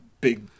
big